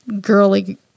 girly